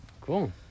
Cool